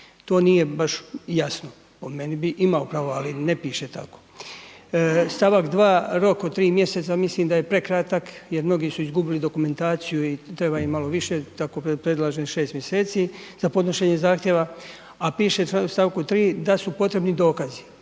to nije baš jasno, po meni bi imao pravo, ali ne piše tako. St. 2. rok od 3. mjeseca, mislim da je prekratak jer mnogi su izgubili dokumentaciju i treba im malo više, tako predlažem 6. mjeseci za podnošenje zahtjeva, a piše u st. 3. da su potrebni dokazi.